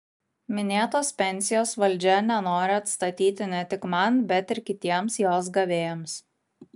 minėtos pensijos valdžia nenori atstatyti ne tik man bet ir kitiems jos gavėjams